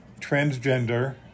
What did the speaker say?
transgender